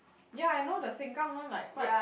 yea I know the Sengkang one like quite